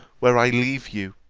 where i leave you.